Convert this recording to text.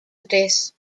tres